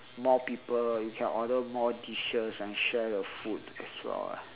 more people you can order more dishes and share your food as well